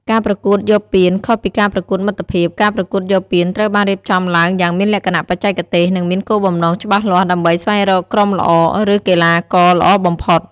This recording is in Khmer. ការប្រកួតយកពាន ខុសពីការប្រកួតមិត្តភាព ការប្រកួតយកពានត្រូវបានរៀបចំឡើងយ៉ាងមានលក្ខណៈបច្ចេកទេស និងមានគោលបំណងច្បាស់លាស់ដើម្បី ស្វែងរកក្រុមល្អ ឬកីឡាករល្អបំផុត។